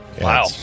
Wow